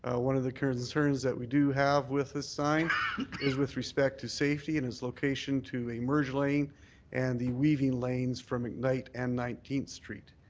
one of the kind of concerns that we do have with this sign is with respect to safety and its location to a merge lane and the weaving lanes from mcknight and nineteenth street.